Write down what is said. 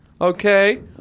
Okay